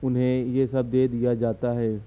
انہیں یہ سب دے دیا جاتا ہے